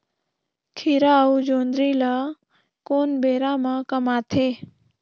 खीरा अउ जोंदरी ल कोन बेरा म कमाथे?